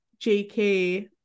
JK